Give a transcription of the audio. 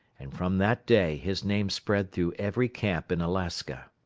and from that day his name spread through every camp in alaska.